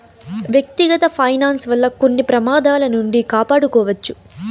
వ్యక్తిగత ఫైనాన్స్ వల్ల కొన్ని ప్రమాదాల నుండి కాపాడుకోవచ్చు